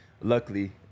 luckily